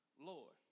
Lord